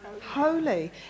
Holy